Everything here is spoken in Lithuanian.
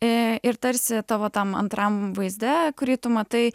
ir tarsi tavo tam antram vaizde kurį tu matai